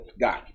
got